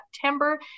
September